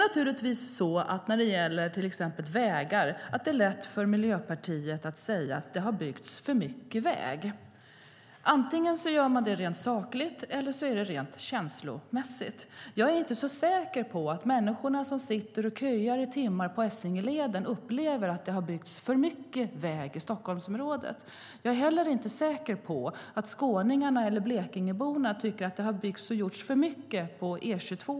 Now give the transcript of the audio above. Det är lätt för Miljöpartiet att säga att det har byggts för mycket väg. Antingen säger man så rent sakligt eller så är det rent känslomässigt. Jag är inte så säker på att människorna som köar i timmar på Essingeleden upplever att det har byggts för mycket väg i Stockholmsområdet. Jag är inte heller säker på att skåningarna eller Blekingeborna tycker att det har byggts och gjorts för mycket på E22:an.